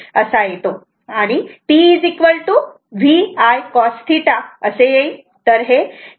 60 येतो आणि PVI cos θ असे येईल